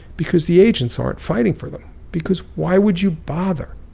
because the agents aren't fighting for them because why would you bother?